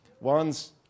One's